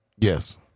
Yes